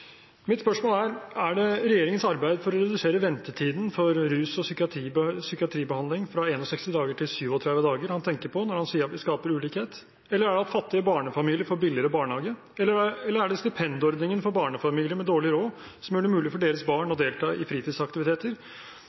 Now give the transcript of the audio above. Mitt spørsmål er: Er det regjeringens arbeid for å redusere ventetiden for rus- og psykiatribehandling fra 61 dager til 37 dager han tenker på når han sier at vi skaper ulikhet, eller er det at fattige barnefamilier får billigere barnehage? Eller er det stipendordningen for barnefamilier med dårlig råd, som gjør det mulig for deres barn å delta i fritidsaktiviteter?